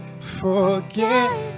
Forget